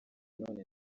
none